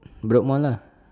bedok mall lah